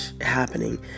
happening